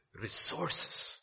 resources